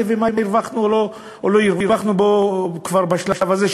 ומה הרווחנו או לא הרווחנו בו כבר בשלב הזה,